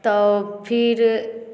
तऽ फिर